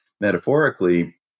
metaphorically